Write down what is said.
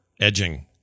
Edging